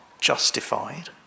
justified